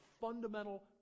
fundamental